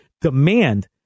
Demand